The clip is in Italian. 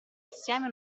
assieme